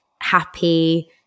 happy